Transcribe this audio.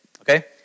okay